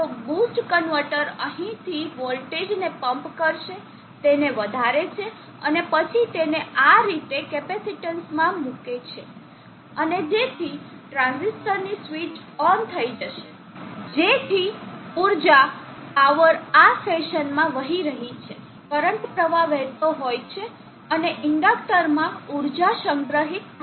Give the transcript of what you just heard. તો boost converter અહીંથી વોલ્ટેજને પમ્પ કરશે તેને વધારે છે અને પછી તેને આ રીતે કેપેસિટીન્સ CTમાં મૂકે છે અને જેથી ટ્રાન્ઝિસ્ટરની સ્વીચ ઓન થશે જેથી ઊર્જા પાવર આ ફેશનમાં વહી રહી છે કરંટ પ્રવાહ વહેતો હોય છે અને ઇન્ડક્ટરમાં ઊર્જા સંગ્રહિત થાય છે